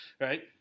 right